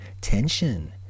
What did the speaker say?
Tension